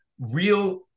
real